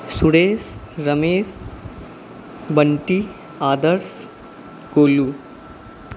Suresh Ramesh Bunty Adarsh Golu